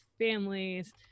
families